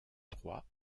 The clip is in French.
trois